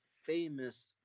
famous